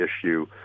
issue